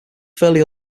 fairly